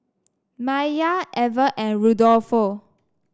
Maiya Ever and Rudolfo